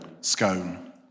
Scone